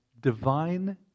divine